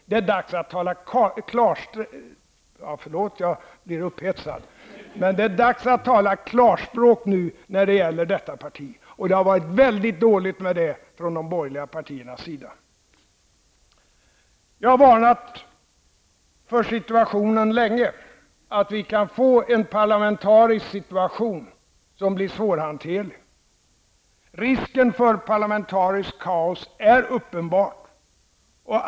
Det är dags att tala klarspråk nu när det gäller detta parti. Det har varit väldigt dåligt med det från de borgerliga partiernas sida. Jag har varnat länge för att vi kan få en parlamentarisk situation som blir svårhanterlig. Risken för parlamentariskt kaos är uppenbar.